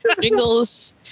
Jingles